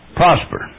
prosper